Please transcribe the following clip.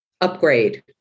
upgrade